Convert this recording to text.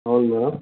అవును మేడం